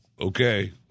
Okay